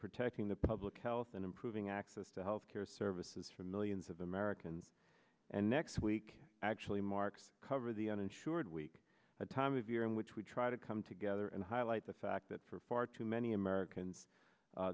protecting the public health and improving access to health care services for millions of americans and next week actually marks cover the uninsured week a time of year in which we try to come together and highlight the fact that for far too many americans